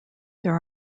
there